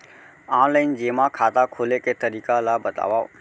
Online जेमा खाता खोले के तरीका ल बतावव?